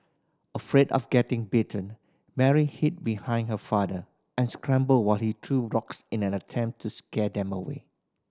afraid of getting bitten Mary hid behind her father and screamed while he threw rocks in an attempt to scare them away